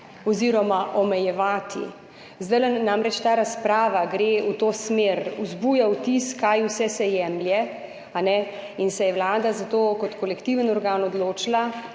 oziroma omejevati. Zdaj namreč ta razprava gre v to smer, vzbuja vtis, kaj vse se jemlje, in se je Vlada kot kolektivni organ odločila